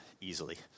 easily